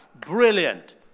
Brilliant